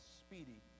speedy